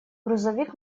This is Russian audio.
грузовик